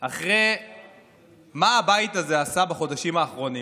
אחרי מה שהבית הזה עשה בחודשים האחרונים,